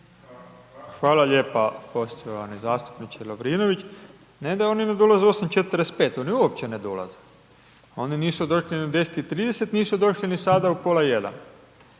Hvala lijepa poštovani zastupniče Lovrinović, ne da oni ne dolaze u 8,45, oni uopće ne dolaze, oni nisu došli ni u 10,30, nisu došli ni sada u pola jedan.